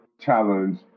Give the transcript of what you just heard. challenge